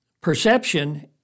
Perception